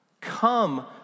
Come